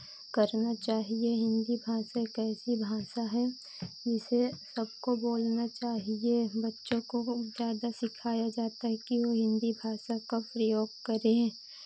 करना चाहिए हिन्दी भाषा एक ऐसी भाषा है जिसे सबको बोलना चाहिए बच्चों को ज़्यादा सिखाया जाता है कि वो हिन्दी भाषा का प्रयोग करें